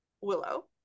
Willow